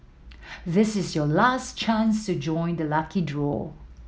this is your last chance to join the lucky draw